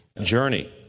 journey